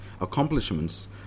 accomplishments